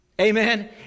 Amen